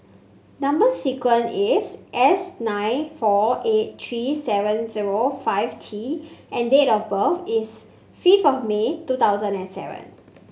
number sequence is S nine four eight three seven zero five T and date of birth is fifth of May two thousand and seven